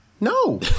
No